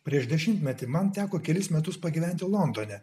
prieš dešimtmetį man teko kelis metus pagyventi londone